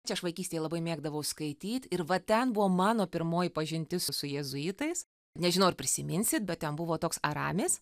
čia aš vaikystėje labai mėgdavau skaityt ir va ten buvo mano pirmoji pažintis su jėzuitais nežinau ar prisiminsit bet ten buvo toks aramis